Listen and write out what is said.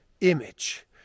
image